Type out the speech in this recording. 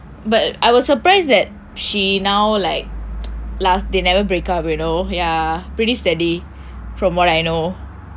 but I was surprised that she now like last they never break up already you know ya pretty steady